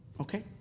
Okay